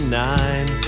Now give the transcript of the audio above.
nine